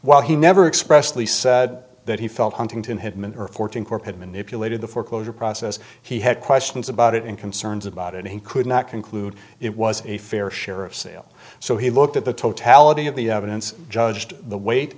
while he never expressed lee said that he felt huntington hitmen or fourteen corp had manipulated the foreclosure process he had questions about it and concerns about it he could not conclude it was a fair share of sale so he looked at the totality of the evidence judged the weight